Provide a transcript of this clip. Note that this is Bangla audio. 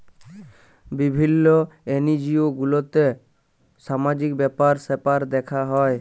বিভিল্য এনজিও গুলাতে সামাজিক ব্যাপার স্যাপার দ্যেখা হ্যয়